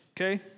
okay